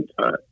time